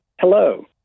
Hello